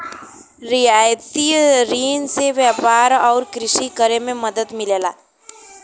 रियायती रिन से व्यापार आउर कृषि करे में मदद मिलला